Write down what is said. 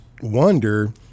wonder